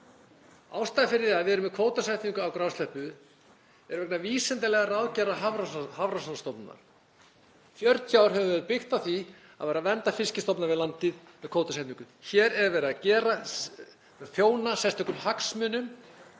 Ástæðan fyrir því að við erum með kvótasetningu á grásleppu er vegna vísindalegrar ráðgjafar Hafrannsóknastofnunar. Í 40 ár höfum við byggt á því að vernda fiskstofna við landið með kvótasetningu. Hér er verið að þjóna sérstökum hagsmunum